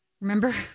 Remember